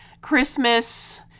Christmas